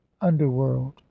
underworld